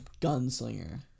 gunslinger